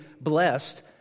blessed